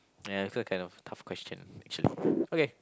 ya it's a kind of tough question actually okay